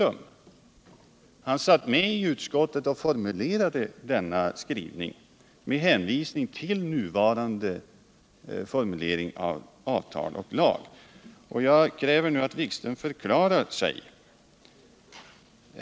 Han satt med i utskottet och formulerade denna skrivning med hänvisning till nuvarande formulering av avtal och lag. Jag kräver nu att Jan Erik Wikström förklarar sig.